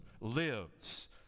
lives